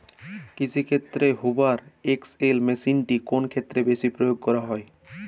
কৃষিক্ষেত্রে Hoover XL মেশিনটি কোন ক্ষেত্রে বেশি প্রয়োগ করা হয়?